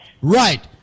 right